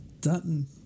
Dutton